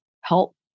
help